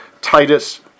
Titus